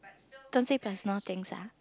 don't say personal things ah